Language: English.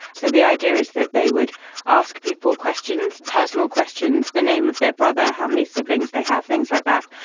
so the idea is that they would ask people questions, personal questions, the name of their brother, how many siblings they have, things like that,